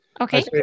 Okay